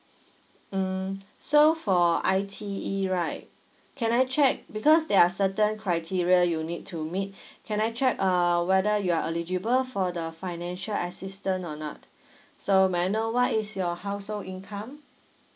mm so for I_T_E right can I check because there are certain criteria you need to meet can I check uh whether you are eligible for the financial assistance or not so may I know what is your household income